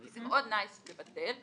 זה מאוד נחמד לבטל,